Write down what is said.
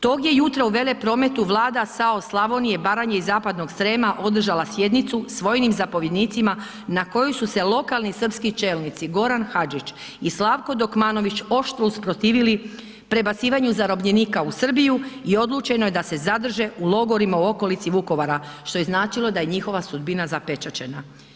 Tog je jutra u Veleprometu Vlada SAO Slavonije, Baranje i zapadnog Srema održala sjednicu s vojnim zapovjednicima na koju su se lokalni srpski čelnici Goran Hadžić i Slavko Dokmanović oštro usprotivili prebacivanju zarobljenika u Srbiju i odlučeno je da se zadrže u logorima u okolici Vukovara, što je značilo da je njihova sudbina zapečaćena.